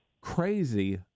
crazy